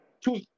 two